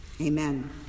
Amen